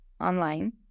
online